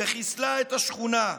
שחיסלה את השכונה,